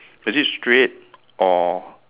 is it straight or